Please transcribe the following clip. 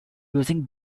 using